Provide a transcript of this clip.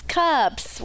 cups